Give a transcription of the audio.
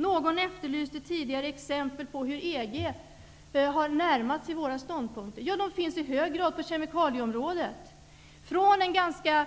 Någon efterlyste tidigare exempel på hur EG har närmat sig våra ståndpunkter. De finns i hög grad på kemikalieområdet. Från att ha haft en ganska